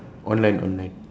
online online